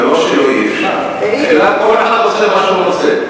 זה לא שאי-אפשר, אלא כל אחד עושה מה שהוא רוצה.